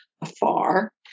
afar